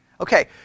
Okay